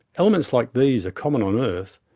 elements like these are common on earth,